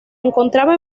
encontraba